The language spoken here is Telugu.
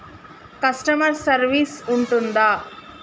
కస్టమర్ సర్వీస్ ఉంటుందా?